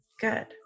Good